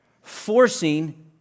forcing